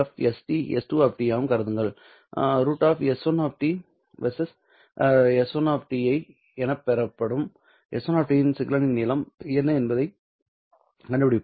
√¿ s1 ∨s1 ¿¿ எனப் பெறப்படும் s1 சிக்னலின் நீளம் என்ன என்பதைக் கண்டுபிடிப்போம்